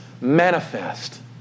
manifest